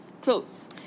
clothes